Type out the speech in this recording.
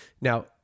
Now